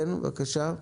בבקשה.